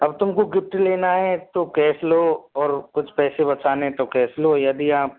अब तुम को गिफ्ट लेना है तो कैस लो और कुछ पैसे बचाने तो कैस को यदि आप